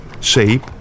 shape